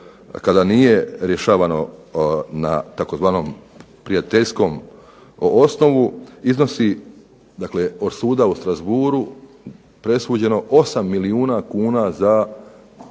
kada nije rješavano na prijateljskom osnovu, iznosi od suda u Strasbourgu presuđeno 8 milijuna kuna za tužbe